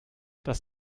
das